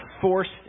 forced